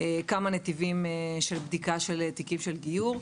כמה נתיבים של בדיקה של תיקים של גיור.